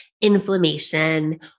inflammation